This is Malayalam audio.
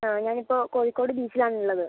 ആ ഞാൻ ഇപ്പോൾ കോഴിക്കോട് ബീച്ചിൽ ആണ് ഉള്ളത്